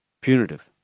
punitive